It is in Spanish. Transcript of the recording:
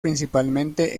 principalmente